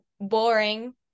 boring